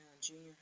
junior